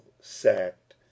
sacked